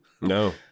No